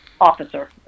officer